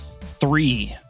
three